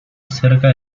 cerca